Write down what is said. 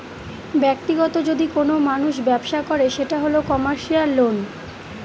ব্যাক্তিগত যদি কোনো মানুষ ব্যবসা করে সেটা হল কমার্সিয়াল লোন